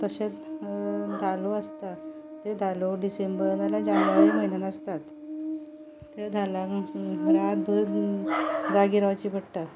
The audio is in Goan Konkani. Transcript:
तशेंत धालो आसता त्यो धालो डिसेंबर जाल्यार जानेवारीन म्हयन्यान आसता ते धालांक रातभर जागे रावचें पडटा